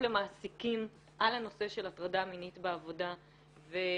למעסיקים על הנושא של הטרדה מינית בעבודה ומינוי